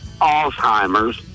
Alzheimer's